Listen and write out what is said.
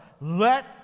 Let